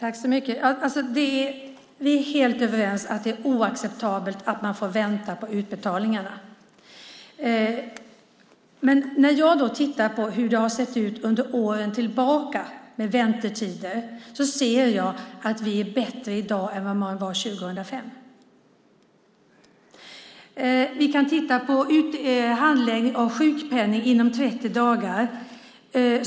Fru talman! Vi är helt överens om att det är oacceptabelt att man får vänta på utbetalningarna. Men när jag tittar på hur väntetiderna har sett ut några år tillbaka ser jag att det är bättre i dag än det var 2005. Vi kan titta på handläggning av sjukpenning inom 30 dagar.